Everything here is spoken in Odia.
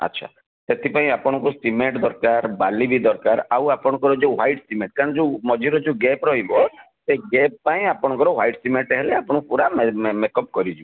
ଆଚ୍ଛା ସେଥିପାଇଁ ଆପଣଙ୍କୁ ସିମେଣ୍ଟ ଦରକାର ବାଲି ବି ଦରକାର ଆଉ ଆପଣଙ୍କର ଯେଉଁ ହ୍ଵାଇଟ୍ ସିମେଣ୍ଟ କାରଣ ଯେଉଁ ମଝିରେ ଯେଉଁ ଗ୍ୟାପ୍ ରହିବ ସେ ଗ୍ୟାପ୍ ପାଇଁ ଆପଣଙ୍କର ହ୍ଵାଇଟ୍ ସିମେଣ୍ଟ ହେଲେ ଆପଣ ପୁରା ମେକ୍ ଅପ୍ କରିଯିବ